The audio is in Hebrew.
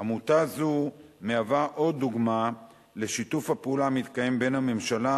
עמותה זו מהווה עוד דוגמה לשיתוף הפעולה המתקיים בין הממשלה,